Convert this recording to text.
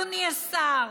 אדוני השר,